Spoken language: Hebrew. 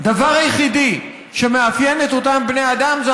הדבר היחיד שמאפיין את אותם בני אדם זה